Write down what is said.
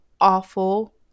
awful